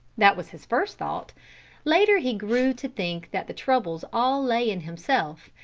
that was his first thought later he grew to think that the trouble all lay in himself,